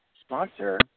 sponsor